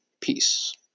Peace